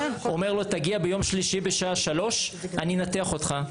הוא אומר לו תגיע ביום שלישי בשעה 15:00 אני אנתח אותך.